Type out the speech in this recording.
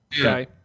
Okay